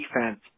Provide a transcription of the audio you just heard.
defense